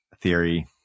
theory